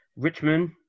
Richmond